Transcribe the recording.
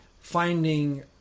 finding